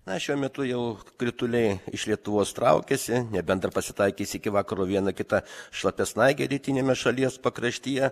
na šiuo metu jau krituliai iš lietuvos traukiasi nebent dar pasitaikys iki vakaro viena kita šlapia snaigė rytiniame šalies pakraštyje